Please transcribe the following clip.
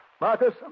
Marcus